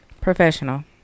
Professional